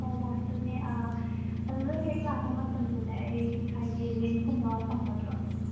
ꯍꯣꯏ ꯂꯥꯛꯇꯣꯏꯅꯦ ꯑꯗꯨꯗ ꯍꯦꯛ ꯂꯥꯛꯄ ꯃꯇꯝꯗꯅꯦ ꯑꯩ ꯍꯥꯏꯗꯤ ꯔꯦꯟ ꯀꯨꯝꯕ ꯐꯪꯒꯗ꯭ꯔꯣ